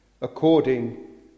according